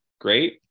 great